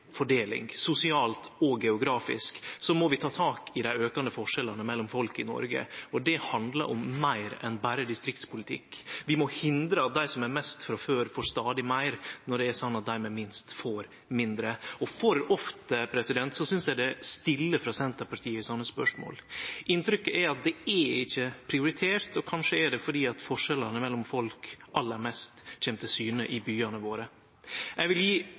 fordeling sosialt og geografisk må vi ta tak i dei aukande forskjellane mellom folk i Noreg, og det handlar om meir enn berre distriktspolitikk. Vi må hindre at dei som har mest frå før, får stadig meir – når det er slik at dei med minst får mindre. Og for ofte synest eg det er stille frå Senterpartiet i slike spørsmål. Inntrykket er at det ikkje er prioritert. Kanskje er det fordi forskjellane mellom folk aller mest kjem til syne i byane våre. Eg vil